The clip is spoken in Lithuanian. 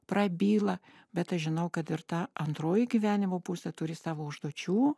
prabyla bet aš žinau kad ir ta antroji gyvenimo pusė turi savo užduočių